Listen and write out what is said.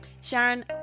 Sharon